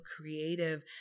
creative